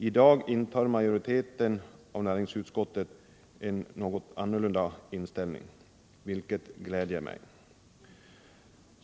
I dag intar emellertid majoriteten i näringsutskottet en annan inställning, vilket gläder mig.